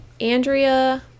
Andrea